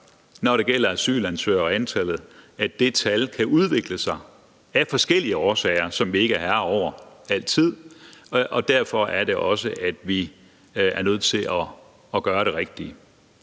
når det gælder asylansøgere og antallet, at det tal kan udvikle sig af forskellige årsager, som vi ikke altid er herre over. Derfor er det også, at vi er nødt til at gøre det rigtige.